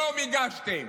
היום הגשתם,